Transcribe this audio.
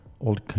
old